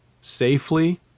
safely